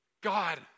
God